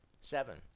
Seven